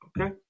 Okay